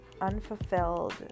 unfulfilled